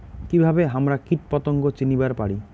কিভাবে হামরা কীটপতঙ্গ চিনিবার পারি?